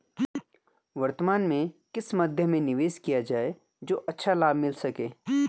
वर्तमान में किस मध्य में निवेश किया जाए जो अच्छा लाभ मिल सके?